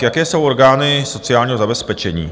Jaké jsou orgány sociálního zabezpečení.